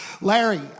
Larry